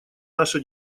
наши